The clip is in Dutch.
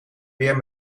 weer